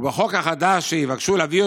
ובחוק החדש שיבקשו להביא,